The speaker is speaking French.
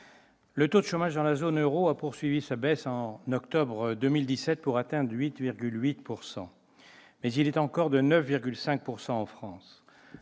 le taux de chômage dans la zone euro a poursuivi sa baisse en octobre 2017 pour atteindre 8,8 %, mais il est encore de 9,5 % en France.